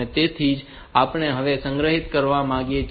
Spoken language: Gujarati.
તેથી તે જ આપણે હવે સંગ્રહિત કરવા માંગીએ છીએ